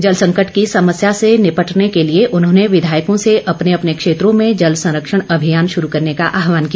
जल संकट की समस्या से निपटने के लिए उन्होंने विधायकों से अपने अपने क्षेत्रों में जल संरक्षण अभियान शुरू करने का आहवान किया